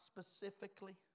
specifically